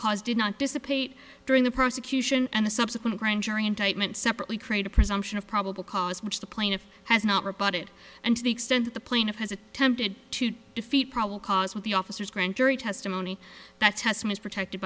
caused did not dissipate during the prosecution and the subsequent grand jury indictment separately create a presumption of probable cause which the plaintiff has not reported and to the extent that the plaintiff has attempted to defeat probable cause with the officers grand jury testimony that testimony protected